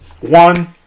one